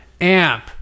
Amp